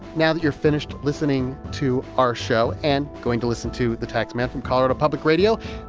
now that you're finished listening to our show and going to listen to the taxman from colorado public radio,